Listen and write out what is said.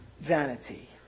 vanity